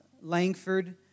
Langford